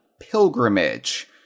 pilgrimage